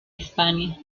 hispania